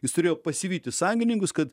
jis turėjo pasivyti sąjungininkus kad